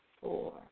four